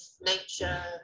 nature